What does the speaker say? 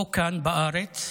או כאן בארץ,